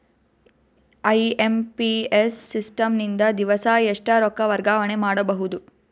IMPS system ನಿಂದ ದಿವಸಾ ಎಷ್ಟ ರೊಕ್ಕ ವರ್ಗಾವಣೆ ಮಾಡಬಹುದು?